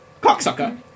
Cocksucker